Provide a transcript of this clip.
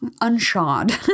unshod